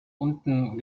unten